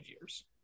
years